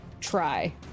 try